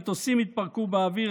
מטוסים התפרקו באוויר,